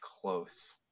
close